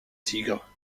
tigre